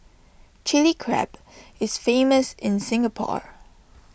Chilli Crab is famous in Singapore